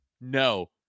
no